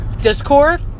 Discord